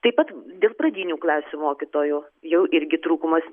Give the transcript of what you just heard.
taip pat dėl pradinių klasių mokytojų jau irgi trūkumas